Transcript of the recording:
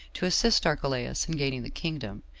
to assist archelaus in gaining the kingdom,